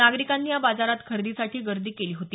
नागरिकांनीही या बाजारात खरेदीसाठी गर्दी केली होती